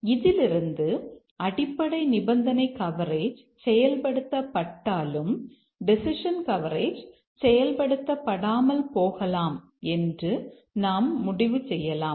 இதிலிருந்து அடிப்படை நிபந்தனை கவரேஜ் செயல் படுத்தப்பட்டாலும் டெசிஷன் கவரேஜ் செயல்படுத்தப்படாமல் போகலாம் என்று நாம் முடிவு செய்யலாம்